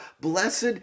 Blessed